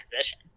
position